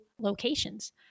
locations